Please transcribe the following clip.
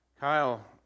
Kyle